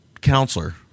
counselor